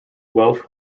welsh